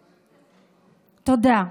תודה.